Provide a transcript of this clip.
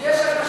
יש אנשים,